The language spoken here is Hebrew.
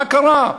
מה קרה?